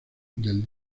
del